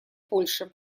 польши